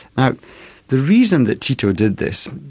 now the reason that tito did this,